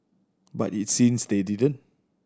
but it seems they didn't